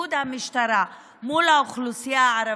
בתפקוד המשטרה מול האוכלוסייה הערבית,